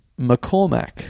McCormack